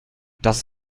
das